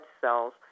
cells